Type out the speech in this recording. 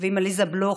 ועם עליזה בלוך.